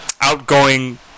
outgoing